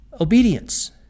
obedience